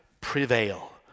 prevail